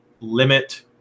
limit